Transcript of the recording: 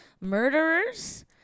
murderers